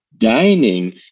dining